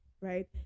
right